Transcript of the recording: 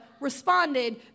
responded